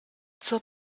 zur